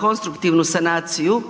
konstruktivnu sanaciju,